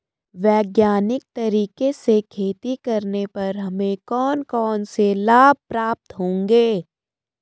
वैज्ञानिक तरीके से खेती करने पर हमें कौन कौन से लाभ प्राप्त होंगे?